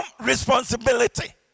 responsibility